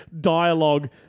dialogue